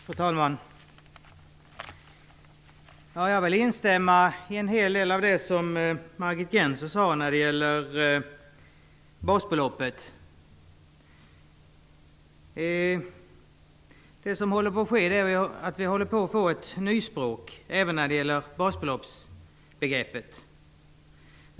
Fru talman! Jag vill instämma i en hel del av det som Margit Gennser sade när det gäller basbeloppet. Det som håller på att ske är att vi håller på att få ett nyspråk även när det gäller basbeloppsbegreppet.